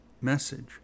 message